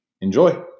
Enjoy